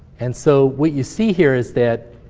and so what you see here is that